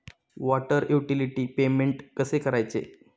Water utility payment कसे करायचे?